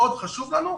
מאוד חשוב לנו.